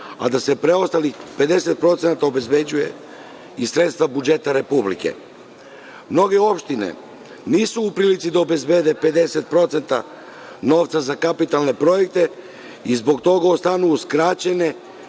a da se preostalih 50% obezbeđuje iz sredstava budžeta Republike. Mnoge opštine nisu u prilici da obezbede 50% novca za kapitalne projekte i zbog toga ostanu uskraćene